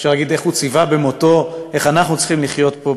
אפשר להגיד שהוא ציווה במותו איך אנחנו צריכים לחיות פה,